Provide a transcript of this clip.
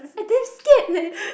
I damn scared leh